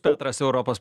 petras europos